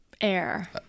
Air